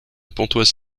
pontoise